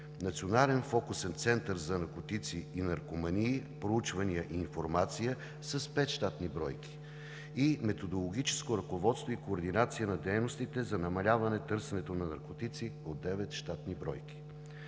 Национален фокусен център за наркотици и наркомании, проучвания и информация – с 5 щатни бройки, и „Методологическо ръководство и координация на дейностите за намаляване търсенето на наркотици“ – 9 щатни бройки.